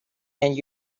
and